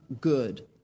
good